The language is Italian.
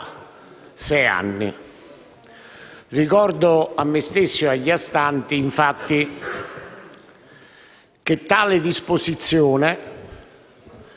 sei anni. Ricordo a me stesso e agli astanti che tale disposizione,